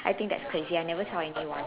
I think that's crazy I never tell anyone